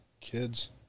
kids